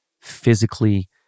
physically